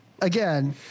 again